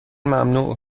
ممنوع